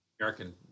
American